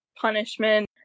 Punishment